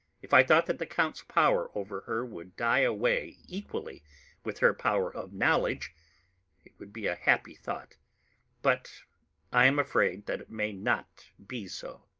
if i thought that the count's power over her would die away equally with her power of knowledge it would be a happy thought but i am afraid that it may not be so.